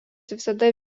visada